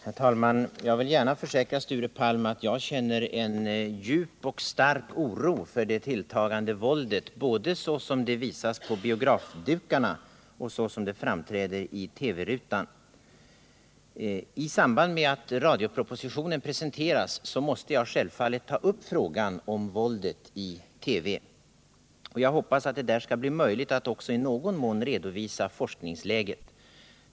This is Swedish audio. Herr talman! Jag vill gärna försäkra Sture Palm att jag känner en djup och stark oro för det tilltagande våldet både såsom det visas på biografdukarna och som det framträder i TV-rutan. I samband med att radiopropositionen presenteras måste jag självfallet ta upp frågan om våldet i TV. Jag hoppas att det skall bli möjligt att också i någon mån redovisa forskningsläget.